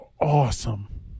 awesome